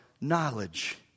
knowledge